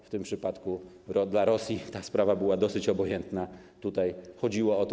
W tym przypadku dla Rosji ta sprawa była dosyć obojętna, tutaj chodziło o to.